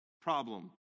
problem